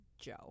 Joe